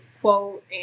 quote